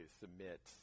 submit